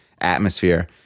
atmosphere